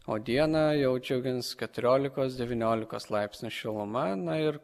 o dieną jau džiugins keturiolikos devyniolikos laipsnių šiluma na ir